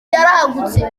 yaragutse